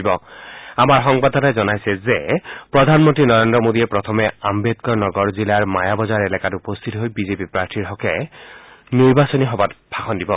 আকাশবাণীৰ সংবাদদাতাই জনাইছে যে প্ৰধানমন্তী নৰেন্দ্ৰ মোডীয়ে প্ৰথমে আম্বেদকাৰ নগৰ জিলাৰ মায়াবাজাৰ এলেকাত উপস্থিত হৈ বিজেপিৰ প্ৰাৰ্থীগৰাকীৰ সমৰ্থন বিচাৰি নিৰ্বাচনী সভাত ভাষণ দিব